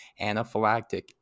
anaphylactic